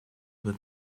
with